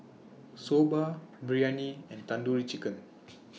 Soba Biryani and Tandoori Chicken